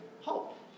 hope